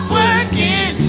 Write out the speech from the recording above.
working